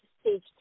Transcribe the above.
stage